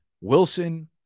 Wilson